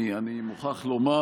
אני מוכרח לומר